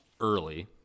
early